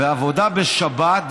ועבודה בשבת,